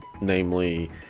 namely